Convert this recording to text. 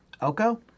Oko